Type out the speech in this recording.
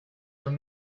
from